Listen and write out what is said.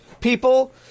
people